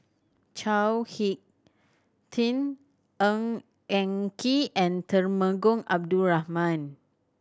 Chao Hick Tin Ng Eng Kee and Temenggong Abdul Rahman